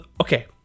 okay